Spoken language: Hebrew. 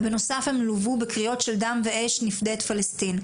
ובנוסף הם לוו בקריאות בדם ואש נפדה את פלשתין.